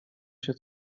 się